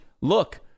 Look